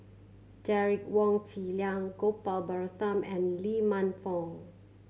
Derek Wong Zi Liang Gopal Baratham and Lee Man Fong